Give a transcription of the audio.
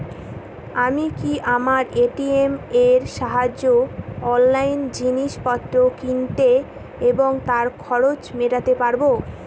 আমি কি আমার এ.টি.এম এর সাহায্যে অনলাইন জিনিসপত্র কিনতে এবং তার খরচ মেটাতে পারব?